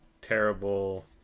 terrible